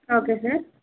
okay sir